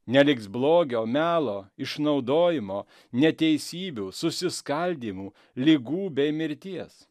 neliks blogio melo išnaudojimo neteisybių susiskaldymų ligų bei mirties